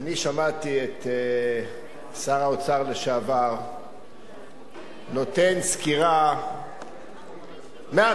שמעתי את שר האוצר לשעבר נותן סקירה מההתחלה